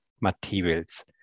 materials